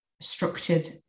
structured